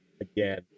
again